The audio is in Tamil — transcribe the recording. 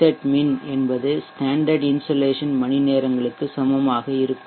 min என்பது ஸ்டேண்டர்ட் இன்சோலேஷன் மணிநேரங்களுக்கு சமமாக இருக்கும்